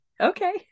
okay